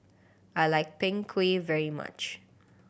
I like Png Kueh very much